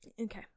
okay